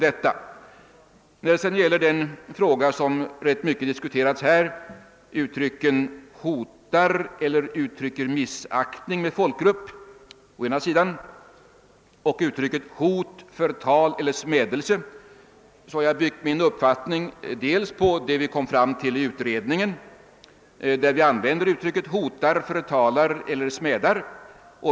Vad slutligen gäller den fråga som här diskuterats ganska mycket, nämligen å ena sidan uttrycket »hot mot eller missaktning för folkgrupp» och å andra sidan uttrycket »hot, förtal eller smädelse mot folkgrupp» har jag byggt min uppfattning bl.a. på vad vi i utredningen kom fram fill. Vi använde där uttrycket >hotar, förtalar eller smädar>.